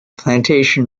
plantation